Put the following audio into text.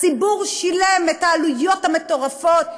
הציבור שילם את העלויות המטורפות,